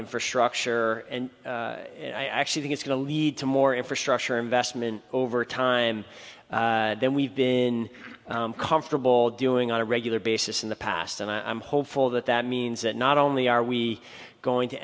infrastructure and i actually think it's going to lead to more infrastructure investment over time then we've been comfortable doing on a regular basis in the past and i'm hopeful that that means that not only are we going to